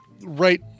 right